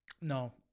No